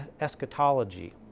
eschatology